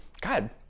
God